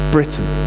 Britain